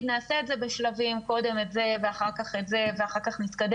נעשה את זה בשלבים קודם את זה ואחר כך את זה ואחר כך נתקדם.